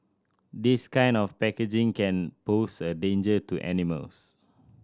this kind of packaging can pose a danger to animals